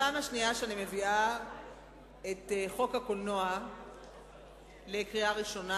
שאני מביאה את חוק הקולנוע לקריאה ראשונה.